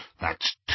that's